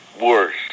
worse